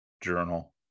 journal